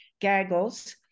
gaggles